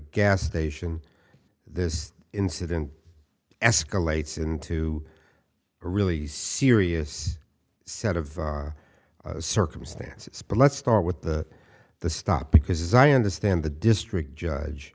gas station this incident escalates into a really serious set of circumstances but let's start with the the stop because i understand the district judge